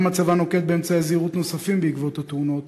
אומנם הצבא נוקט אמצעי זהירות נוספים בעקבות התאונות,